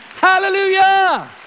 Hallelujah